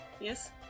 Yes